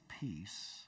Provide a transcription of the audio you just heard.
Peace